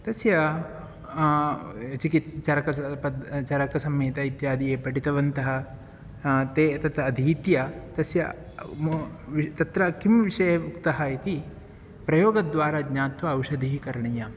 तस्य चिकित्सा चरकसा पदं चरकसंहिता इत्यादि ये पठितवन्तः ते तत् अधीत्य तस्य मा वि तत्र किं विषय उक्तः इति प्रयोगद्वारा ज्ञात्वा औषधिः करणीया